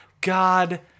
god